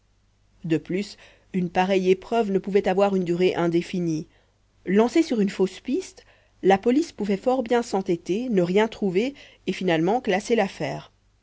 de plus une pareille épreuve ne pouvait avoir une durée indéfinie lancée sur une fausse piste la police pouvait fort bien s'entêter ne rien trouver et finalement classer l'affaire